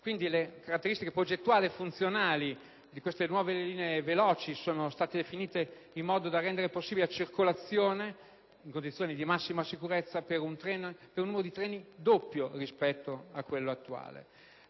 Quindi, le caratteristiche progettuali funzionali delle nuove linee veloci sono state definite in modo da rendere possibile la circolazione, in condizioni di massima sicurezza, di un numero di treni quasi doppio rispetto quello attuale.